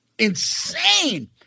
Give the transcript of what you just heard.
Insane